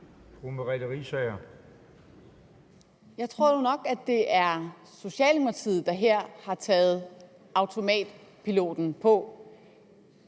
Jeg tror nu nok, det er Socialdemokratiet, der her har slået automatpiloten